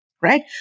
right